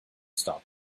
stop